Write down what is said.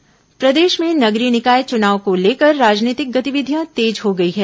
चुनाव सरगर्मी प्रदेश में नगरीय निकाय चुनाव को लेकर राजनीतिक गतिविधियां तेज हो गई हैं